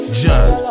john